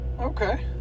Okay